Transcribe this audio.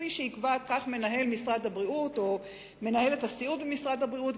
כפי שיקבע מנהל משרד הבריאות או מנהלת הסיעוד במשרד הבריאות,